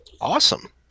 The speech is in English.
Awesome